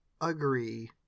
agree